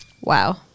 Wow